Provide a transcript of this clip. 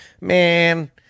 Man